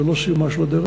זה לא סיומה של הדרך.